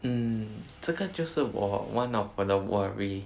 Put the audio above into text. mm 这个就是我 one of the worry